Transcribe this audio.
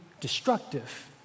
destructive